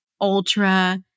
ultra